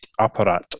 Apparat